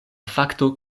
fakto